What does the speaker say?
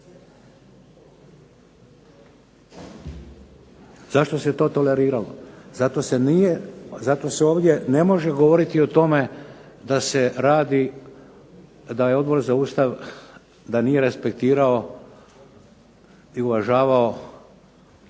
Zašto se to toleriralo? Zato se ovdje ne može govoriti o tome da Odbor za Ustav nije respektirao i uvažavao,